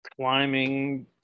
Climbing